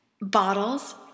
Bottles